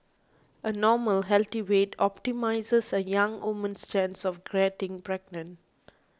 a normal healthy weight optimises a young woman's chance of getting pregnant